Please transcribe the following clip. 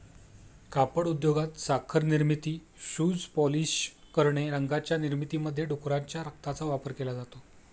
कापड उद्योगात, साखर निर्मिती, शूज पॉलिश करणे, रंगांच्या निर्मितीमध्ये डुकराच्या रक्ताचा वापर केला जातो